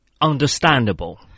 understandable